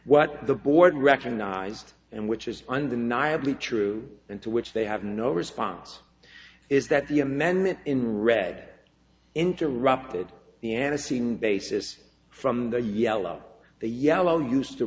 what the board recognized and which is undeniably true and to which they have no response is that the amendment in red interrupted the editing basis from the yellow the yellow used to